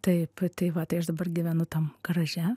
taip tai va tai aš dabar gyvenu tam garaže